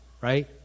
right